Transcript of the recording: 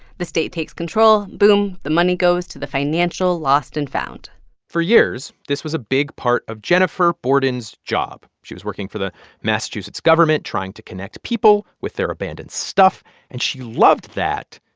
the state takes control, boom, the money goes to the financial lost and found for years, this was a big part of jennifer borden's job. she was working for the massachusetts government trying to connect people with their abandoned stuff, and she loved that.